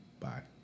Bye